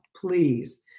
Please